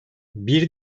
bir